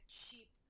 cheap